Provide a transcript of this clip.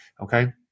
okay